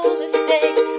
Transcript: mistakes